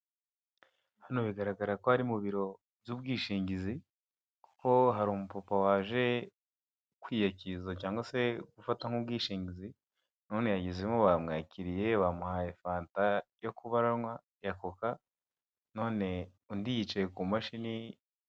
Hano bigaragara ko ari mu biro by'ubwishingizi kuko hari umupapa waje kwiyakiza cyangwa se gufata nk'ubwishingizi none yagezemo bamwakiriye bamuhaye fanta yo kuba aranywa ya koka, none undi yicaye ku mashini.